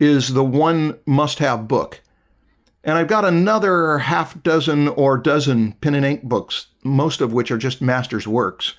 is the one must-have book and i've got another half dozen or dozen pen and ink books most of which are just masters works